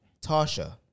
Tasha